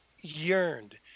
yearned